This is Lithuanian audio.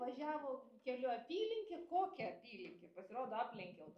važiavo keliu apylinkė kokia apylinkė pasirodo aplenkiau